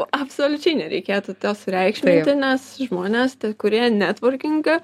absoliučiai nereikėtų to sureikšminti nes žmonės tie kurie netvorkingą